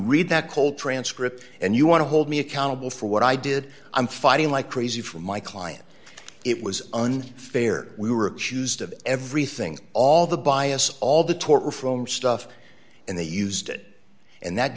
read that call transcript and you want to hold me accountable for what i did i'm fighting like crazy for my client it was unfair we were accused of everything all the bias all the torture from stuff and they used it and that